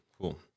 Cool